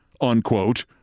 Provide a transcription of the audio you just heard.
unquote